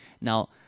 Now